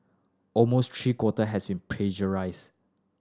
almost three quarter has been plagiarised